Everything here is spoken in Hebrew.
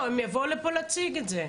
לא, הם יבואו לפה להציג את זה.